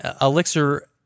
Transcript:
Elixir